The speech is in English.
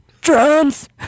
drums